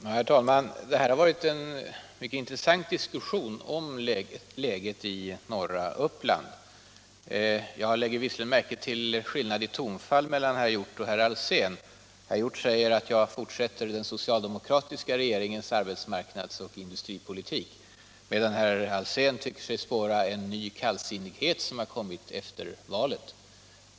Herr talman! Det här har varit en mycket intressant diskussion om läget i norra Uppland. Jag lade märke till skillnaden i tonfall mellan herr Hjorth och herr Alsén. Herr Hjorth säger att jag fortsätter den socialdemokratiska regeringens arbetsmarknads och industripolitik, medan herr Alsén tycker sig spåra en ny kallsinnighet, som kommit efter valet.